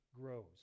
grows